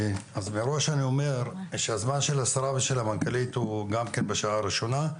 מראש אני אומר שהזמן של השרה ושל המנכ"לית הוא גם כן בשעה הראשונה.